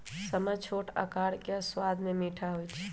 समा छोट अकार आऽ सबाद में मीठ होइ छइ